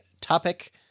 topic